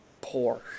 poor